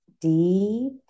deep